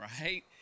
right